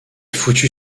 foutu